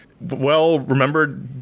Well-remembered